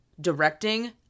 directing